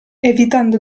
evitando